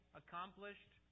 accomplished